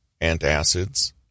antacids